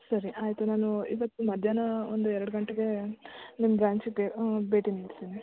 ಸರಿ ಆಯಿತು ನಾನು ಇವತ್ತು ಮಧ್ಯಾಹ್ನ ಒಂದು ಎರಡು ಗಂಟೆಗೆ ನಿಮ್ಮ ಬ್ರ್ಯಾಂಚ್ಗೆ ಭೇಟಿ ನೀಡ್ತೀನಿ